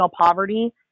poverty